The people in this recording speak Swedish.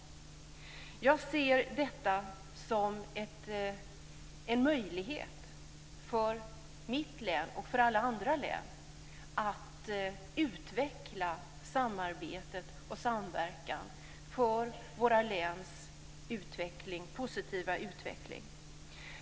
Jag ser detta som en möjlighet för mitt län och för alla andra län att utveckla samarbetet och samverkan för våra läns positiva utveckling.